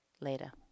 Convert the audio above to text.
Later